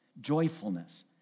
joyfulness